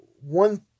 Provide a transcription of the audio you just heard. one